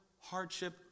hardship